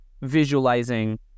visualizing